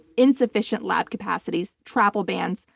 insufficient lab capacities, travel bans,